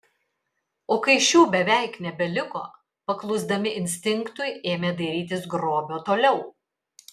o kai šių beveik nebeliko paklusdami instinktui ėmė dairytis grobio toliau